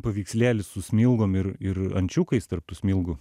paveikslėlį su smilgom ir ir ančiukais tarp tų smilgų